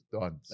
done